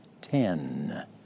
ten